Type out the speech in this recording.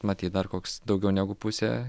matyt dar koks daugiau negu pusė